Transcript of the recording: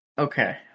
okay